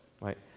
right